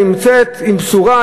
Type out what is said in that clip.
היא נמצאת עם בשורה,